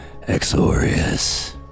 Exorius